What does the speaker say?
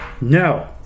No